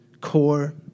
core